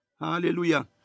Hallelujah